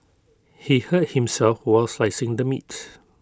he hurt himself while slicing the meats